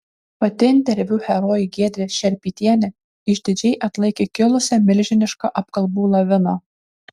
pati interviu herojė giedrė šerpytienė išdidžiai atlaikė kilusią milžinišką apkalbų laviną